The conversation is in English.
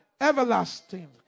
everlasting